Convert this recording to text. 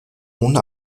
ohne